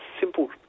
simple